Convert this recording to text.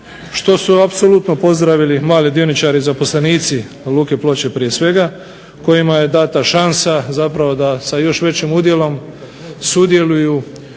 što su apsolutno pozdravili mladi dioničari, zaposlenici luke ploče prije svega kojima je dana šansa da sa još većim udjelom sudjeluju